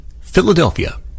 Philadelphia